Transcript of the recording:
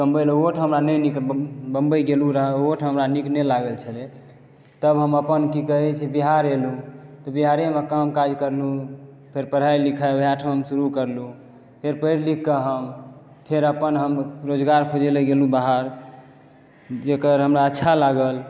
कमबै लऽ ओहोठाम हमरा नै नीक बम्बई गेलूँ र ओहोठाम हमरा नीक नै लागल छलै तब हम अपन की कहै छै बिहार एलूँ तऽ बिहारेमे कामकाज करलूँ फेर पढ़ाइ लिखाइ ओएहा ठाम शुरू करलूँ फेर पढ़ि लिखकऽ हम फेर अपन हम रोजगार खोजै ले गेलूँ बाहर जेकर हमरा अच्छा लागल